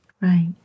Right